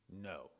no